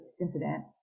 incident